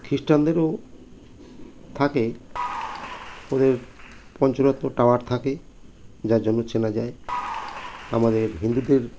খ্রিস্টানদেরও থাকে ওদের পঞ্চরত্ন টাওয়ার থাকে যার জন্য চেনা যায় আমাদের হিন্দুদের